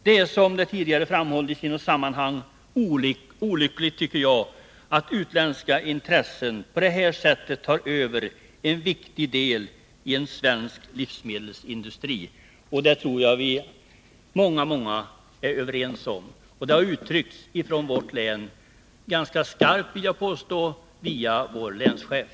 Det är, så som tidigare framhållits i något sammanhang, olyckligt att utländska intressen på detta sätt tar över en viktig del av den svenska livsmedelsindustrin. Det tror jag att många av oss är överens om. Det har uttryckts ifrån vårt län ganska skarpt, vill jag påstå, via vår länschef.